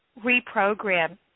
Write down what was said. reprogram